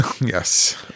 Yes